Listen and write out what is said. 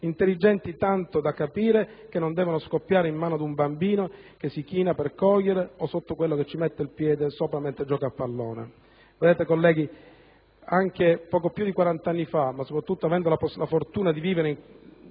intelligenti tanto da capire che non devono scoppiare in mano ad un bambino che si china per coglierle o di colui che ci mette il piede sopra mentre gioca a pallone. Vedete colleghi, avendo poco più di quarant'anni e, soprattutto, avendo avuto la fortuna di non vivere le